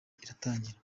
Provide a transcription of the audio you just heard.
iratangira